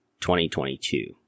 2022